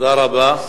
תודה רבה.